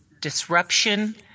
disruption